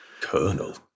Colonel